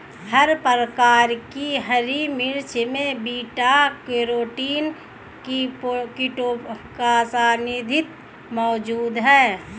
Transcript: हर प्रकार की हरी मिर्चों में बीटा कैरोटीन क्रीप्टोक्सान्थिन मौजूद हैं